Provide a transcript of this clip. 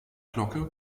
glocke